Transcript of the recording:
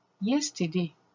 yesterday